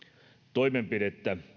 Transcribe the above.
toimenpidettä